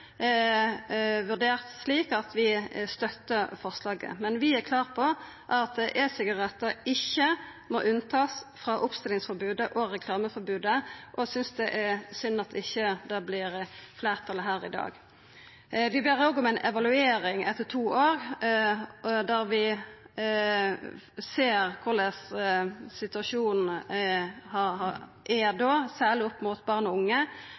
vurdert det slik at vi støttar forslaget. Men vi er klare på at e-sigarettar ikkje må få unntak frå oppstillingsforbodet og reklameforbodet, og vi synest det er synd at det ikkje vert fleirtal for det her i dag. Vi ber òg om ei evaluering etter to år der vi ser korleis situasjonen er da, særleg for barn og unge.